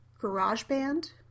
GarageBand